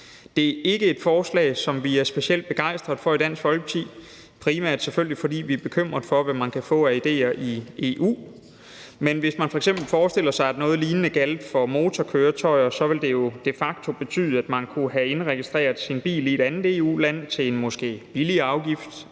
Det er ikke et forslag, som vi er specielt begejstret for i Dansk Folkeparti, selvfølgelig primært fordi vi er bekymret for, hvad man kan få af idéer i EU. Men hvis man f.eks. forestiller sig, at noget lignende gjaldt for motorkøretøjer, ville det jo de facto betyde, at man kunne have indregistreret sin bil i et andet EU-land til en måske billigere afgift